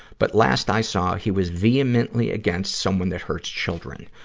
but last i saw he was vehemently against someone that hurts children.